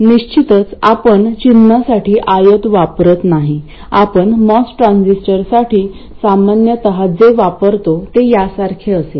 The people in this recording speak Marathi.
निश्चितच आपण चिन्हासाठी आयत वापरत नाही आपण मॉस ट्रान्झिस्टरसाठी सामान्यत जे वापरतो ते यासारखे असेल